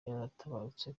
yaratabarutse